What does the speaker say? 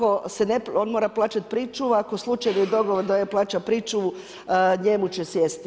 On mora plaćati pričuvu ako slučajno je dogovor da ne plaća pričuvu, njemu će sjesti.